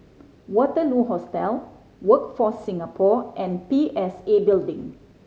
Waterloo Hostel Workforce Singapore and P S A Building